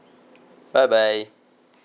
bye bye